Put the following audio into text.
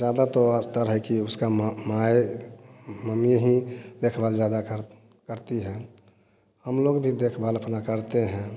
ज़्यादा तो अक्सर है कि उसका माँ माँ ही मम्मी हैं देख भाल ज़्यादा कर करती हैं हम लोग भी अपना देख भाल अपना करते हैं